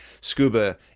scuba